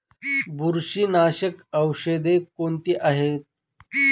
बुरशीनाशक औषधे कोणती आहेत?